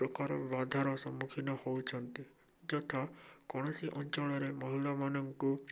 ପ୍ରକାର ବାଧାର ସମ୍ମୁଖୀନ ହେଉଛନ୍ତି ଯଥା କୌଣସି ଅଞ୍ଚଳରେ ମହିଳାମାନଙ୍କୁ